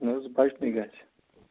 نہَ حظ بَچنُے گژھِ